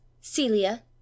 celia